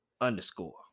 underscore